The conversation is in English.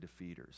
defeaters